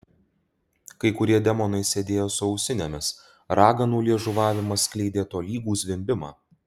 kai kurie demonai sėdėjo su ausinėmis raganų liežuvavimas skleidė tolygų zvimbimą